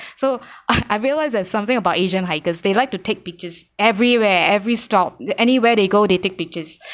so I I realised there's something about asian hikers they like to take pictures everywhere every stop anywhere they go they take pictures